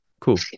Cool